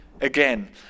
again